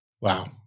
Wow